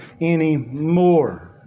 anymore